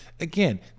Again